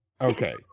Okay